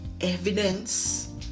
evidence